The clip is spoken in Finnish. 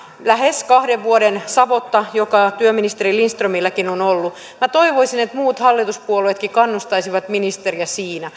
lähes kahden vuoden savotta joka työministeri lindströmilläkin on ollut minä toivoisin että muut hallituspuolueetkin kannustaisivat ministeriä siinä